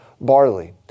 barley